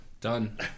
Done